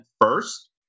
first